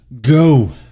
Go